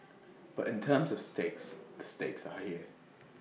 but in terms of stakes the stakes are here